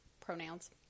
pronouns